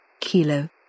kilo